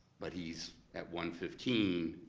but he's, at one fifteen,